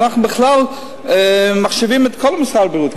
אנחנו בכלל ממחשבים את כל משרד הבריאות,